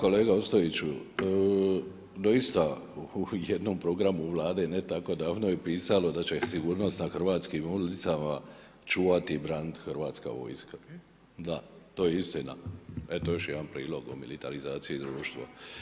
Da kolega Ostojiću, doista u jednom programu Vlade ne tako davno je pisalo da će sigurnost na hrvatskim ulicama čuvati i braniti Hrvatska vojska, da, to je istina, eto još jedan prilog o militarizaciji društva.